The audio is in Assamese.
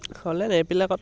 থলেন এপবিলাকত